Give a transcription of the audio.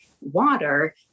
water